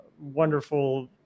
wonderful